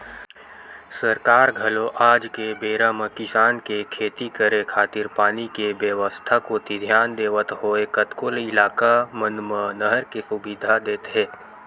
सरकार घलो आज के बेरा म किसान के खेती करे खातिर पानी के बेवस्था कोती धियान देवत होय कतको इलाका मन म नहर के सुबिधा देत हे